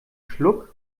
schluck